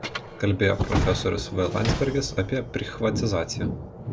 kalbėjo profesorius v landsbergis apie prichvatizaciją